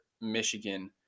Michigan